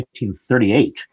1938